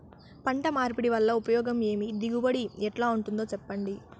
పంట మార్పిడి వల్ల ఉపయోగం ఏమి దిగుబడి ఎట్లా ఉంటుందో చెప్పండి?